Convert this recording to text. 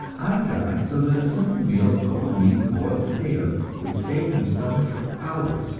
i got so that a simple meal of cold meat and boiled potatoes would stay in my stomach for hours,